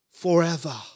Forever